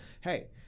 hey